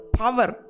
power